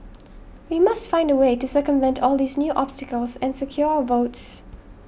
we must find a way to circumvent all these new obstacles and secure our votes